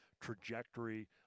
trajectory